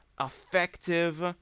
effective